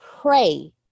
pray